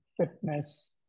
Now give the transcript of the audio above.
fitness